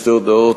שתי הודעות,